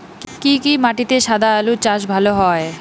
কি কি মাটিতে সাদা আলু চাষ ভালো হয়?